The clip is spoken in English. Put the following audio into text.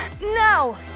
No